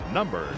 Number